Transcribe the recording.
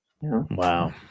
Wow